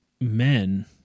men